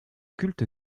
culte